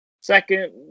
second